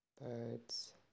birds